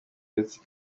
uretse